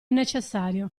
necessario